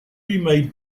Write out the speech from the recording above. remade